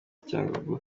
cyangugu